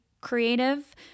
creative